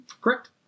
Correct